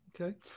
Okay